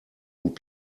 und